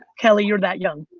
kelly you're that young.